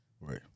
Right